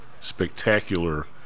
spectacular